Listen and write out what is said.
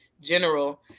general